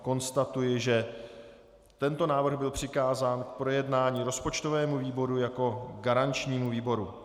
Konstatuji, že tento návrh byl přikázán k projednání rozpočtovému výboru jako garančnímu výboru.